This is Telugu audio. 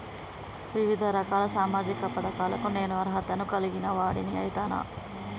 వివిధ రకాల సామాజిక పథకాలకు నేను అర్హత ను కలిగిన వాడిని అయితనా?